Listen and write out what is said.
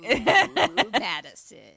Madison